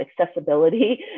accessibility